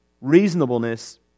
reasonableness